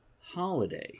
holiday